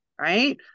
right